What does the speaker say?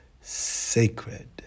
sacred